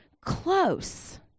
close